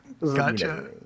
Gotcha